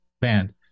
band